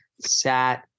sat